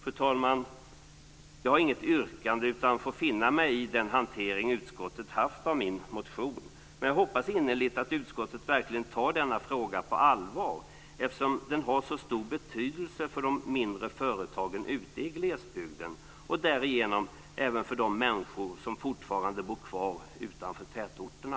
Fru talman! Jag har inget yrkande utan får finna mig i utskottets hantering av min motion. Men jag hoppas innerligt att utskottet verkligen tar denna fråga på allvar eftersom den har så stor betydelse för de mindre företagen ute i glesbygden och därigenom även för de människor som fortfarande bor kvar utanför tätorterna.